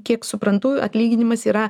kiek suprantu atlyginimas yra